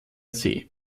see